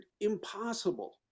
impossible